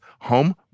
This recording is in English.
home